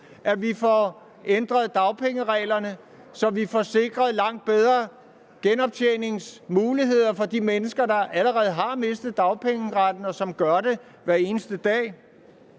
at vi får ændret dagpengereglerne, så vi får sikret langt bedre genoptjeningsmuligheder for de mennesker, der allerede har mistet dagpengeretten, og dem, som hver eneste dag